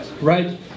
right